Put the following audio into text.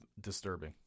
disturbing